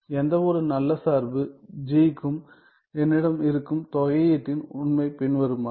எந்தவொரு நல்ல சார்பு g க்கும் என்னிடம் இருக்கும் தொகையீட்டின் உண்மை பின்வருமாறு